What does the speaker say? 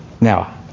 Now